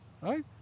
Right